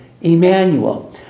Emmanuel